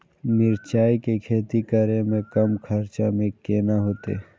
मिरचाय के खेती करे में कम खर्चा में केना होते?